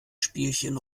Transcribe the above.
spielchen